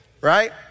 right